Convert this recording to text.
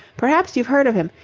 perhaps you've heard of him?